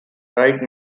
right